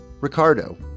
Ricardo